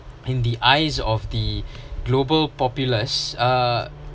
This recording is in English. in the eyes of the global populace uh